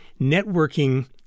networking